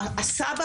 הסבא,